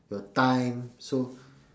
your time so